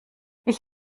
ich